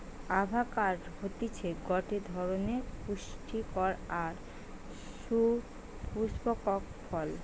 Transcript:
avocado হতিছে গটে ধরণের পুস্টিকর আর সুপুস্পক ফল